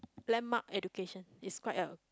landmark education is quite a